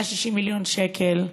160 מיליון שקל,